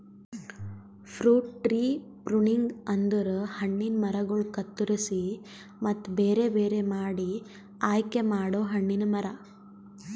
fruit tree pruning ಅಂದುರ್ ಹಣ್ಣಿನ ಮರಗೊಳ್ ಕತ್ತುರಸಿ ಮತ್ತ ಬೇರೆ ಬೇರೆ ಮಾಡಿ ಆಯಿಕೆ ಮಾಡೊ ಹಣ್ಣಿನ ಮರ